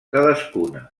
cadascuna